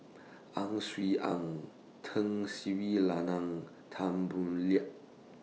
Ang Swee Aun Tun Sri Lanang Tan Boo Liat